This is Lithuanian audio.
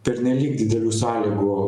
pernelyg didelių sąlygų